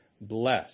bless